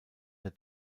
der